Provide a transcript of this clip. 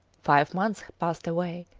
five months passed away.